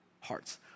hearts